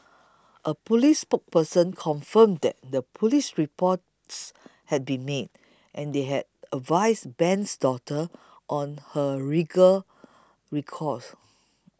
a police spokesman confirmed that the police reports had been made and they had advised Ben's daughter on her legal recourse